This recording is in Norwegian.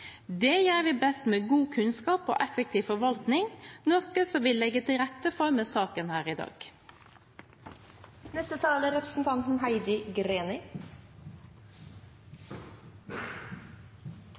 Det gjør vi best med god kunnskap og effektiv forvaltning, noe vi legger til rette for med saken her i